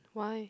why